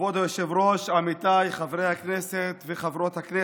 כבוד היושב-ראש, עמיתיי חברי הכנסת וחברות הכנסת,